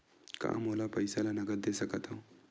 का मोला पईसा ला नगद दे सकत हव?